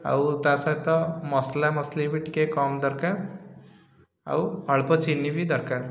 ଆଉ ତା' ସହିତ ମସଲାମସଲି ବି ଟିକେ କମ୍ ଦରକାର ଆଉ ଅଳ୍ପ ଚିନି ବି ଦରକାର